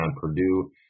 Purdue